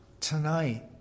tonight